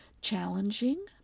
challenging